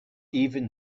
even